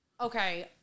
okay